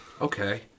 Okay